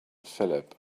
phillip